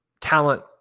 talent